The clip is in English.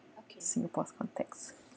singapore's context